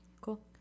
Cool